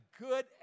good